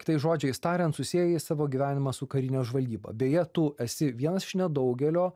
kitais žodžiais tariant susiejai savo gyvenimą su karine žvalgyba beje tu esi vienas iš nedaugelio